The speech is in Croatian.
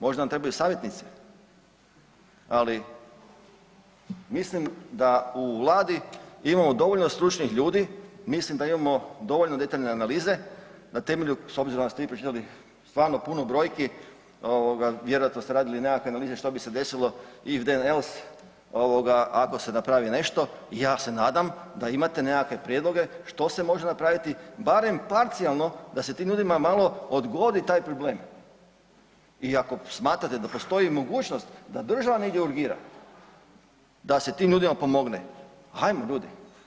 Možda nam trebaju savjetnici ali mislim da u Vladi imamo dovoljno stručnih ljudi, mislim da imamo dovoljno detaljne analize na temelju s obzirom da ste vi pročitali stvarno puno brojki, vjerojatno ste radili nekakve analize što bi se desilo, ... ako se napravi nešto, ja se nadam da imate nekakve prijedloge što se može napraviti barem parcijalno da se tim ljudima malo dogodi taj problem i ako smatrate da postoji mogućnost da država negdje urgira da se tim ljudima pomogne, ajmo ljudi.